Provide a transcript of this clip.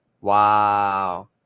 Wow